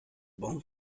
bon